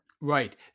Right